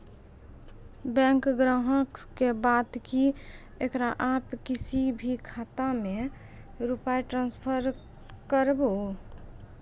Bank ग्राहक के बात की येकरा आप किसी भी खाता मे रुपिया ट्रांसफर करबऽ?